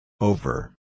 Over